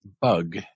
bug